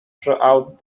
throughout